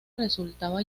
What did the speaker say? resultaba